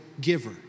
giver